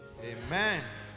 Amen